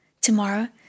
Tomorrow